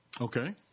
Okay